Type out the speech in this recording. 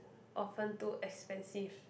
often too expensive